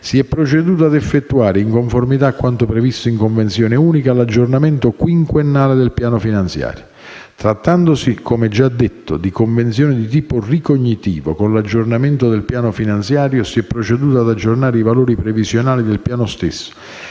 si è proceduto ad effettuare, in conformità a quanto previsto in convenzione unica, l'aggiornamento quinquennale del piano finanziario. Trattandosi - come già detto - di convenzione di tipo ricognitivo, con l'aggiornamento del piano finanziario si è proceduto ad aggiornare i valori previsionali del piano stesso,